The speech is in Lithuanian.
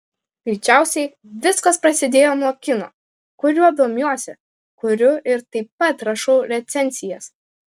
greičiausiai viskas prasidėjo nuo kino kuriuo domiuosi kuriu ir taip pat rašau recenzijas